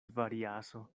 variaso